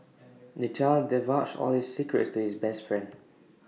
the child divulged all his secrets to his best friend